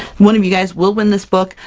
one of you guys will win this book.